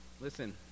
Listen